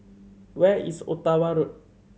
where is Ottawa Road